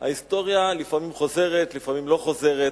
ההיסטוריה לפעמים חוזרת, לפעמים לא חוזרת.